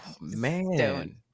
man